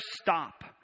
stop